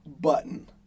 button